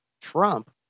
Trump